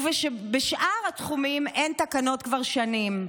ובשאר התחומים אין תקנות כבר שנים.